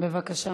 בבקשה.